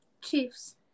Chiefs